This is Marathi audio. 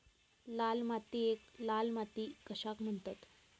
लाल मातीयेक लाल माती कशाक म्हणतत?